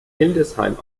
hildesheim